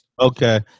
Okay